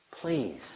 please